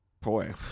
boy